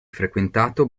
frequentato